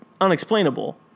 unexplainable